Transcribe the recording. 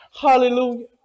Hallelujah